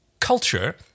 Culture